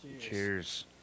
Cheers